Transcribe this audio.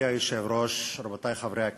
מכובדי היושב-ראש, רבותי חברי הכנסת,